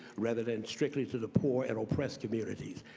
rather than strictly to the poor and owe pressed communities.